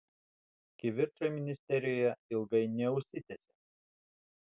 kivirčai ministerijoje ilgai neužsitęsė